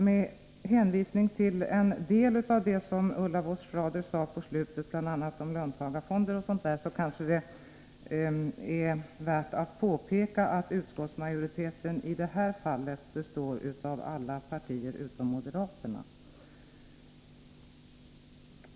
Med hänvisning till en del av det som Ulla Voss-Schrader sade på slutet, bl.a. om löntagarfonder, kanske det är värt att påpeka att utskottsmajoriteten i det här fallet består av alla partier utom moderaterna.